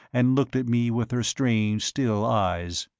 and looked at me with her strange, still eyes.